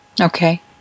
Okay